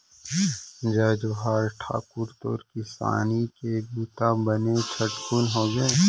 जय जोहार ठाकुर, तोर किसानी के बूता बने झटकुन होगे?